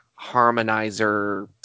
harmonizer